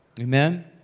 Amen